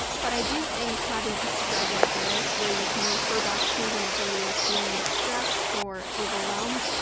but i do think having a spread like this where you can refer back to whenever you're feeling stressed or overwhelmed,